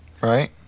right